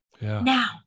Now